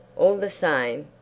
all the same.